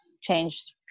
changed